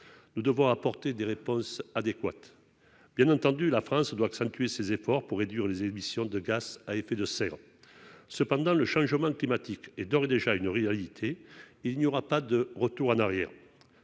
à cette situation des réponses adéquates. Bien entendu, la France doit accentuer ses efforts pour réduire ses émissions de gaz à effet de serre, mais le changement climatique est d'ores et déjà une réalité et il n'y aura pas de retour en arrière.